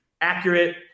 accurate